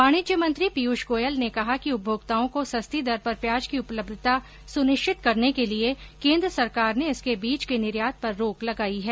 वाणिज्य मंत्री पीयूष गोयल ने कहा कि उपभोक्ताओं को सस्ती दर पर प्याज की उपलब्धता सुनिश्चित करने के लिये केन्द्र सरकार ने इसके बीज के निर्यात पर रोक लगायी है